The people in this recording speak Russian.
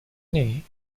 ней